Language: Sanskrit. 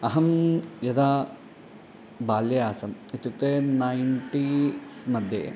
अहं यदा बाल्ये आसम् इत्युक्ते नैण्टीस्मध्ये